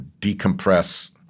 decompress